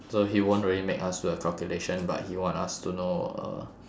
so he won't really make us do the calculation but he want us to know uh